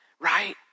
right